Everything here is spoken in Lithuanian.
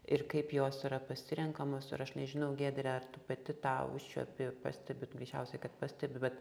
ir kaip jos yra pasirenkamos ir aš nežinau giedre ar tu pati tą užčiuopi pastebi tu greičiausiai kad pastebi bet